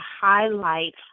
highlight